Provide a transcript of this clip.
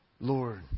Lord